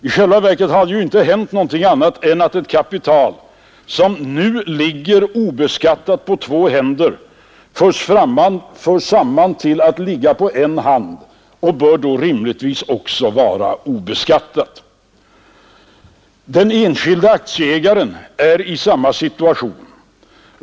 I själva verket har det inte hänt någonting annat än att ett kapital, som nu ligger obeskattat på två händer, förs samman till att ligga på en hand, och det bör då rimligtvis också vara obeskattat. Den enskilde aktieägaren är i samma situation.